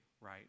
right